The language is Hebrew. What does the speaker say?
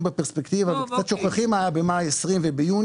בפרספקטיבה וקצת שוכחים מה היה במאי 2020 וביוני.